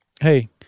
Hey